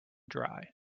dry